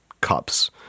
cups